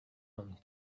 men